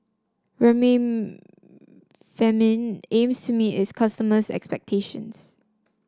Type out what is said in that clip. aims to meet its customers' expectations